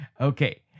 Okay